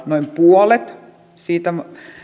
noin puolet siitä